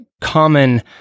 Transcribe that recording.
common